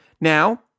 Now